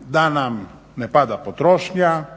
da nam ne pada potrošnja,